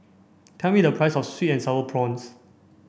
tell me the price of sweet and sour prawns